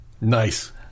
Nice